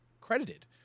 credited